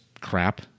crap